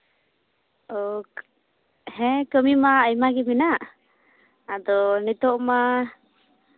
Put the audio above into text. ᱚᱸᱻ ᱦᱮᱸ ᱠᱟᱹᱢᱤ ᱢᱟ ᱟᱭᱢᱟ ᱜᱮ ᱢᱮᱱᱟᱜ ᱟᱫᱚ ᱱᱤᱛᱚᱜ ᱢᱟ